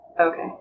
okay